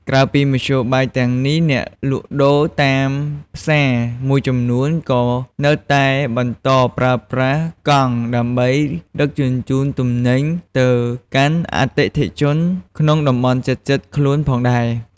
ក្រៅពីមធ្យោបាយទាំងនេះ អ្នកលក់ដូរតាមផ្សារមួយចំនួនក៏នៅតែបន្តប្រើប្រាស់កង់ដើម្បីដឹកជញ្ជូនទំនិញទៅកាន់អតិថិជនក្នុងតំបន់ជិតៗខ្លួនផងដែរ។